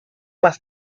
más